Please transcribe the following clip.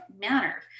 manner